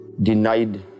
denied